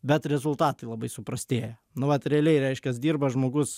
bet rezultatai labai suprastėja nu vat realiai reiškias dirba žmogus